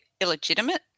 illegitimate